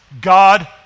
God